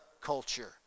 culture